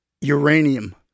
uranium